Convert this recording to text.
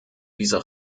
dieser